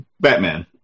Batman